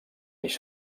eix